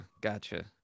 gotcha